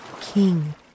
King